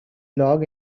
log